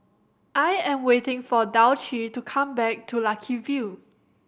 I am waiting for Dulcie to come back to Lucky View